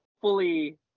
fully